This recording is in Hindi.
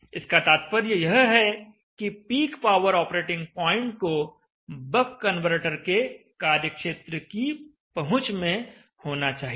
इसका तात्पर्य यह है कि पीक पावर ऑपरेटिंग प्वाइंट को बक कन्वर्टर के कार्यक्षेत्र की पहुंच में होना चाहिए